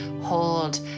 hold